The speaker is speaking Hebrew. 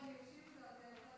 מהצד.